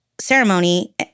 ceremony